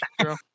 true